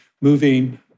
moving